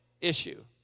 issue